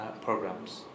programs